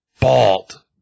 Bald